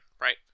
right